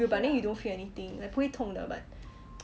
no but then you don't feel anything like 不会痛的 but